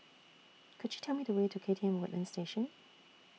Could YOU Tell Me The Way to K T M Woodlands Station